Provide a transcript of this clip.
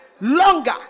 longer